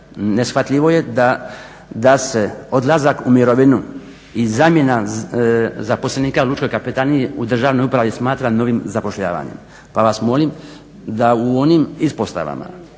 Neshvatljivo je da se odlazak u mirovinu i zamjena zaposlenika u lučkoj kapetaniji u državnoj upravi smatra novim zapošljavanjem. Pa vas molim da u onim ispostavama,